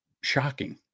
shocking